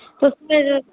तो फिर